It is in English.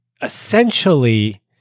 essentially